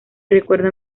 recuerdo